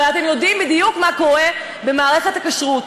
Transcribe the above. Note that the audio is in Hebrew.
הרי אתם יודעים בדיוק מה קורה במערכת הכשרות.